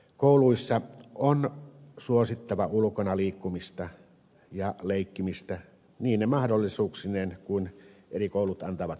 kouluissa on suosittava ulkona liikkumista ja leikkimistä niine mahdollisuuksineen kuin eri koulut antavat myöten